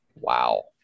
wow